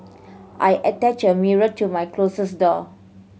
I attached a mirror to my closet door